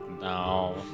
now